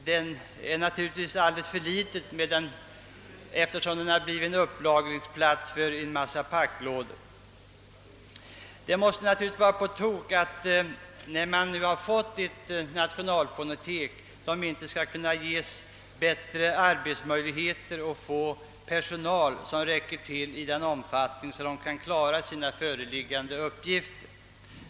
Den är naturligtvis alldeles för liten, speciellt som den nu är upplagringsplats för en mängd packlårar. När man nu har fått ett nationalfonotek måste det vara på tok att fonoteket inte ges bättre arbetsmöjligheter och tillräckligt med personal, så att det kan fylla sina uppgifter.